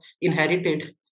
inherited